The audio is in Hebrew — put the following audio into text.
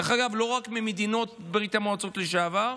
דרך אגב, לא רק ממדינות ברית המועצות לשעבר,